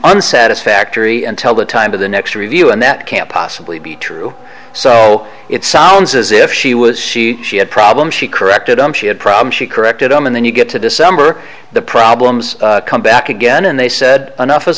unsatisfactorily and tell the time of the next review and that can't possibly be true so it sounds as if she was she she had problems she corrected him she had problems she corrected um and then you get to december the problems come back again and they said enough is